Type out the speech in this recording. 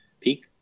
peak